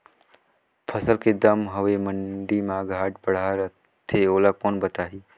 फसल के दम हवे मंडी मा घाट बढ़ा रथे ओला कोन बताही?